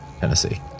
Tennessee